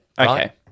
Okay